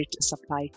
supply